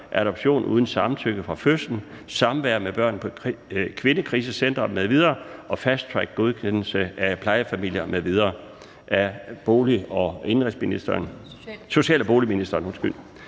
adoption uden samtykke fra fødslen, samvær med børn på kvindekrisecentre m.v. og fast-track for godkendelse af plejefamilier m.v.).